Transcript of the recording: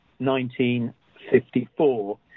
1954